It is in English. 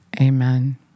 amen